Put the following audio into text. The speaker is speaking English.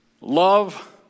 love